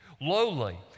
lowly